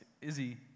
Izzy